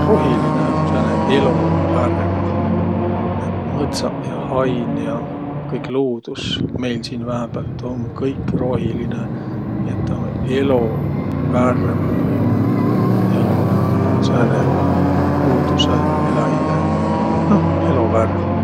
Rohilinõ um sääne elo värm. Mõtsaq ja haina ja kõik luudus meil siin vähämbält um kõik rohilinõ. Nii et taa om elo värm ja sääne luudusõ, eläjide, noh elo värm.